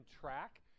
track